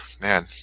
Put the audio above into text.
man